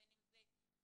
בין אם זה פסיכולוגים,